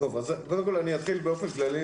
אני אתחיל באופן כללי,